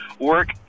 work